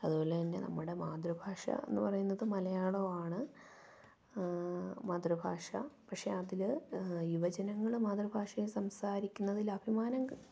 അതുപോലെ തന്നെ നമ്മുടെ മാതൃഭാഷ എന്ന് പറയുന്നത് മലയാളമാണ് മാതൃഭാഷ പക്ഷെ അതില് യുവജനങ്ങള് മാതൃഭാഷയിൽ സംസാരിക്കുന്നതില് അഭിമാനം